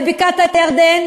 לבקעת-הירדן,